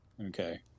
Okay